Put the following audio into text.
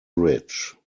bridge